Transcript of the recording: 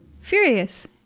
Furious